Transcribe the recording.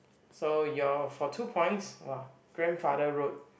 so your for two points !wah! grandfather road